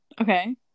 Okay